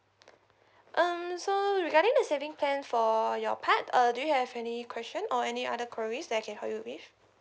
um so regarding the saving plan for your part uh do you have any question or any other queries that I can help you with